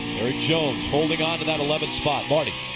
erik jones holding on to that eleven spot. marty?